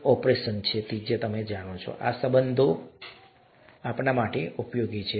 અને આ ઓપરેશન્સ તમે જાણો છો આ ઓપરેશન્સ છે આ સંબંધો છે તે આપણા માટે ઉપયોગી છે